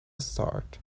start